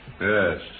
Yes